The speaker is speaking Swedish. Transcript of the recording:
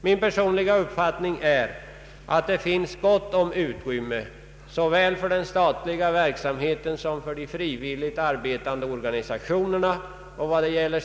Min personliga uppfattning är att det finns gott om utrymme såväl för den statliga verksamheten som för de frivilligt arbetande organisationerna.